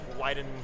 widen